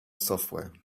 software